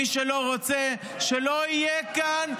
מי שלא רוצה, שלא יהיה כאן.